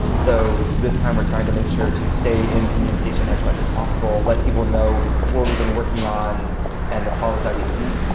so this time we're trying to make sure to stay in communication as much as possible, let people know what we've been working on and the problems that we see.